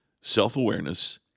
self-awareness